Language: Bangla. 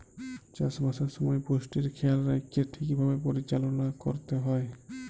চাষবাসের সময় পুষ্টির খেয়াল রাইখ্যে ঠিকভাবে পরিচাললা ক্যইরতে হ্যয়